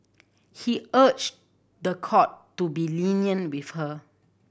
he urged the court to be lenient with her